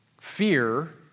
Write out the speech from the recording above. Fear